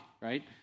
right